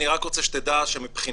אני רק רוצה שתדע שמבחינתי,